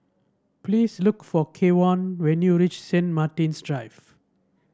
please look for Kevon when you reach Saint Martin's Drive